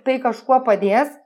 tai kažkuo padės